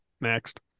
Next